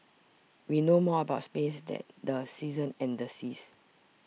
we know more about space than the seasons and the seas